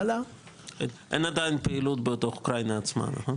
אין עדיין פעילות בתוך אוקראינה עצמה, נכון?